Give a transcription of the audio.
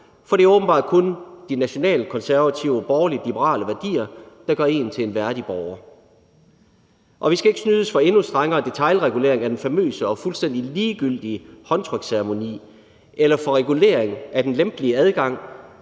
For det er åbenbart kun de nationalkonservative og borgerlig-liberale værdier, der gør en til en værdig borger. Og vi skal ikke snydes for endnu strengere detailregulering af den famøse og fuldstændig ligegyldige håndtryksceremoni eller for regulering af den lempelige adgang